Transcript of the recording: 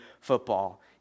football